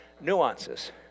nuances